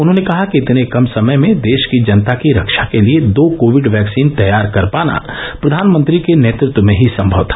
उन्होंने कहा कि इतने कम समय में देश की जनता की रक्षा के लिये दो कोविड वैक्सीन तैयार कर पाना प्रधानमंत्री के नेतत्व में ही सम्भव था